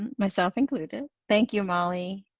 myself included. and thank you, molly.